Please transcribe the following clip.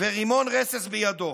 ורימון רסס בידו.